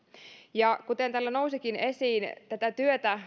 kuten täällä nousikin esiin tätä työtä